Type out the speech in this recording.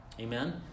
Amen